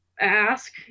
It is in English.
ask